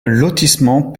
lotissement